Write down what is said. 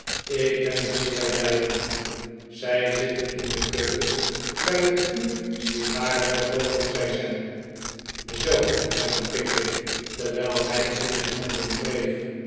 ik ben er zeer blij om zij zitten in de keuken bij het vuur sigaren terooken zei sam zoo hernam pickwick terwijl hij in zijn handen wreef